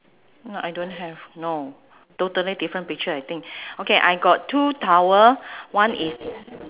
no I don't have no totally different picture I think okay I got two towel one is